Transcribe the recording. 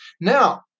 Now